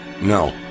No